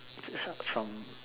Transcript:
start from